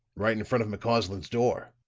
right in front of mccausland's door.